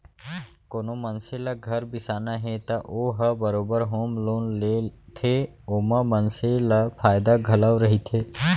कोनो मनसे ल घर बिसाना हे त ओ ह बरोबर होम लोन लेथे ओमा मनसे ल फायदा घलौ रहिथे